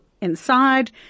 inside